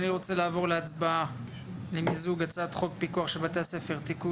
אני רוצה לעבור להצבעה למיזוג הצעת חוק פיקוח על בתי ספר (תיקון